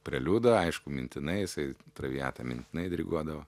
preliudą aišku mintinai jisai traviatą mintinai diriguodavo